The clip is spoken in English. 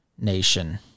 nation